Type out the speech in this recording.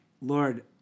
Lord